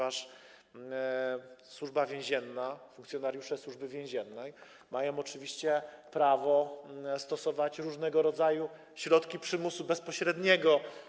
A Służba Więzienna, funkcjonariusze Służby Więziennej mają oczywiście prawo stosować różnego rodzaju środki przymusu bezpośredniego.